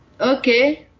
Okay